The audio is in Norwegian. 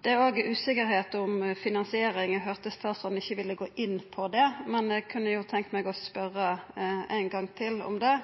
Det er òg usikkerheit med omsyn til finansiering. Eg høyrde at statsråden ikkje ville gå inn på det, men eg kunne tenkt meg å spørja ein gong til om det.